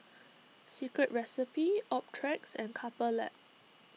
Secret Recipe Optrex and Couple Lab